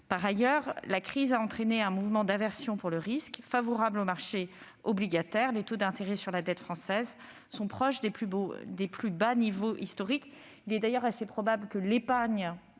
Par ailleurs, la crise a entraîné un mouvement d'aversion pour le risque favorable au marché obligataire : les taux d'intérêt sur la dette française sont proches des plus bas niveaux historiques. Il est d'ailleurs assez probable que l'épargne